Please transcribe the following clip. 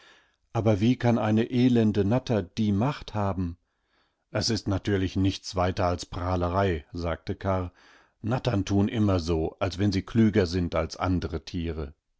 aber wie kann eine elende natter die macht haben es ist natürlich nichts weiter als prahlerei sagte karr nattern tun immer so als wennsieklügersindalsanderetiere alskarrnachhauseging